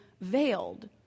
veiled